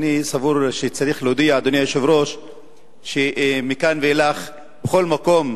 אני סבור שצריך להודיע שמכאן ואילך בכל מקום